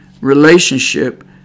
relationship